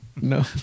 no